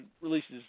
releases